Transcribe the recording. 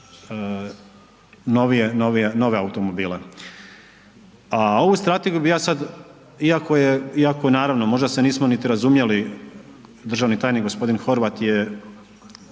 nove automobile. A ovu Strategiju bi ja sad, iako je, iako je, naravno možde se nismo niti razumjeli, državni tajnik gospodin Horvat je